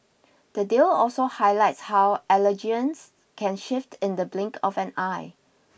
the deal also highlights how allegiances can shift in the blink of an eye